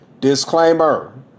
disclaimer